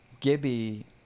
Gibby